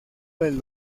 del